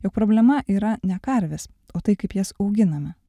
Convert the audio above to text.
jog problema yra ne karvės o tai kaip jas auginame